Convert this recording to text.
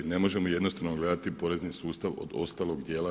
Ne možemo jednostrano gledati porezni sustav od ostalog dijela.